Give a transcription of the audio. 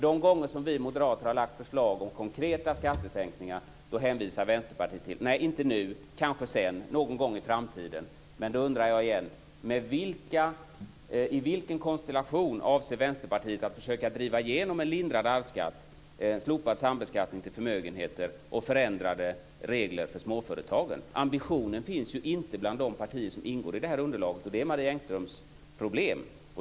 Det gånger som vi moderater har lagt fram förslag om konkreta skattesänkningar säger Vänsterpartiet: Inte nu, men kanske sedan, någon gång i framtiden. I vilken konstellation avser Vänsterpartiet att försöka driva igenom en lindrad arvsskatt, slopad sambeskattning på förmögenheter och förändrade regler för småföretagen? Den ambitionen finns inte bland de partier som ingår i regeringsunderlaget. Det är Marie Engströms problem.